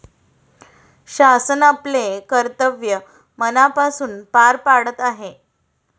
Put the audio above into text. शासन आपले कर्तव्य मनापासून पार पाडत आहे